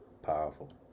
Powerful